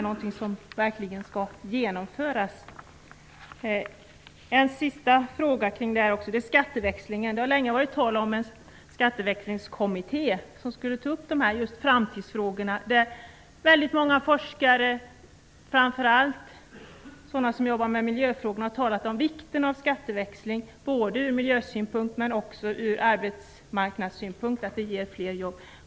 Jag har en fråga om skatteväxlingen. Det har länge varit tal om en skatteväxlingskommitté som skulle ta upp framtidsfrågorna. Framför allt miljöforskare har talat om vikten av skatteväxling både ur miljösynpunkt men också ur arbetsmarknadssynpunkt. Det blir fler jobb.